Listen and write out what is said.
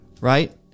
right